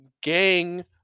gang